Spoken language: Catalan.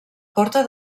porta